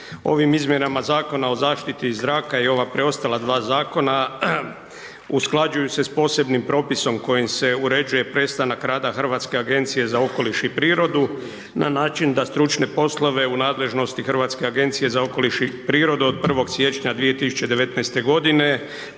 toj izmjeni Direktive broj 16. od 2009. godine se usklađuje s posebnim propisom kojim se uređuje prestanak rada Hrvatske agencije za okoliš i prirodu, na način da stručne poslove u nadležnosti Hrvatske agencije za okoliš i prirodu, od 01. siječnja 2019. godine